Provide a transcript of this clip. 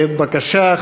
בבקשה,